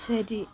ശരി